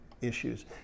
issues